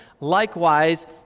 Likewise